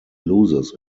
loses